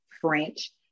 French